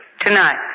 Tonight